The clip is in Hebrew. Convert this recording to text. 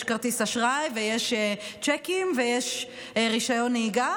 יש כרטיס אשראי ויש צ'קים ויש רישיון נהיגה,